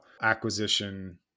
acquisition